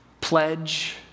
pledge